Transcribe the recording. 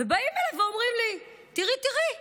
באים ואומרים לי: תראי, תראי,